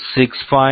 5 RST 7